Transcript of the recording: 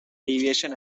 deviation